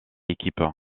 équipe